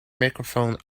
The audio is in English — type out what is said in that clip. microphone